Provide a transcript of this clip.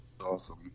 awesome